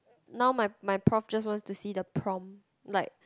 now my my prof just wants to see the prompt like